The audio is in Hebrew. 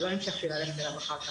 ולא המשכתי ללכת אליו אחר כך.